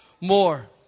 more